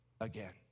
again